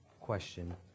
question